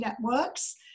networks